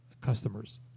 customers